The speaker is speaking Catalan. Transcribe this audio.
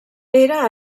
era